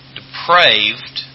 depraved